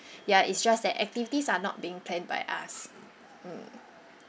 ya it's just that activities are not being planned by us mm